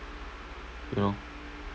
you know